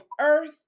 earth